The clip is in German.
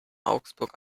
augsburg